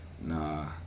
Nah